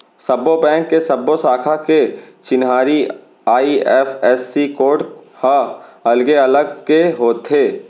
सब्बो बेंक के सब्बो साखा के चिन्हारी आई.एफ.एस.सी कोड ह अलगे अलगे होथे